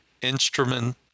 Instrument